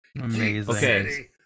Amazing